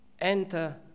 enter